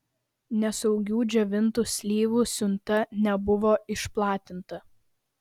nesaugių džiovintų slyvų siunta nebuvo išplatinta